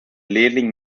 lehrling